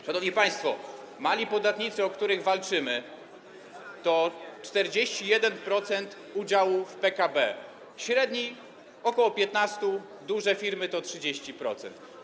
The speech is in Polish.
Szanowni państwo, mali podatnicy, o których walczymy, to 41% udziału w PKB, średni to ok. 15%, duże firmy to 30%.